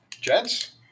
gents